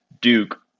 Duke